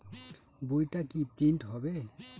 বইটা কি প্রিন্ট হবে?